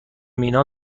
مینا